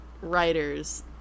writers